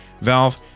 valve